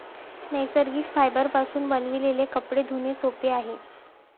नैसर्गिक फायबरपासून बनविलेले कपडे धुणे सोपे आहे